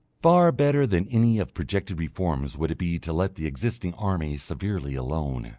far better than any of projected reforms would it be to let the existing army severely alone,